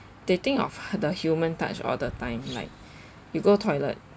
they think of the human touch all the time like you go toilet